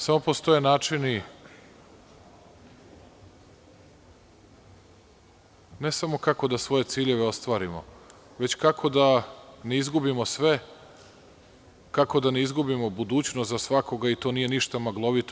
Samo postoje načini ne samo kako da svoje ciljeve ostvarimo, već kako da ne izgubimo sve, kako da ne izgubimo budućnost za svakoga i to nije ništa maglovito.